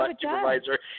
supervisor